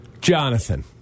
Jonathan